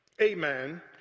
Amen